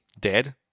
dead